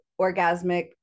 orgasmic